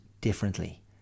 differently